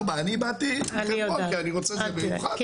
16:00. אני באתי מחברון כי אני רוצה במיוחד ---.